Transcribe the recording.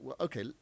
okay